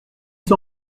son